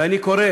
אני קורא